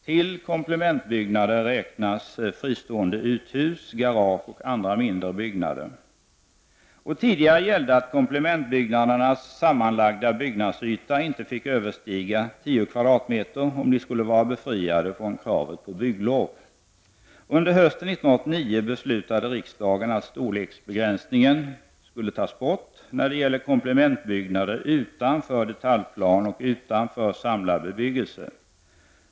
Till MANKVI IAUNGL tad UVIL Har UVL SGNVE AVINPILINGULVYBKUAUEE ULAMIVE VELA” plan och utanför samlad bebyggelse.